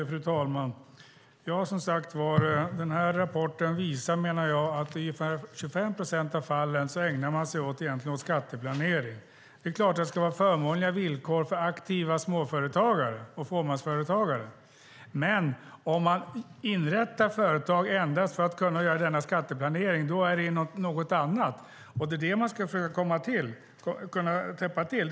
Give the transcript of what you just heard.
Fru talman! Jag menar som sagt att den här rapporten visar att man i ungefär 25 procent av fallen egentligen ägnar sig åt skatteplanering. Det är klart att det ska vara förmånliga villkor för aktiva småföretagare och fåmansföretagare, men om man inrättar företag endast för att kunna göra denna skatteplanering är det något annat. Det är dessa kryphål man ska försöka täppa till.